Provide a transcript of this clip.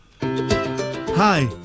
Hi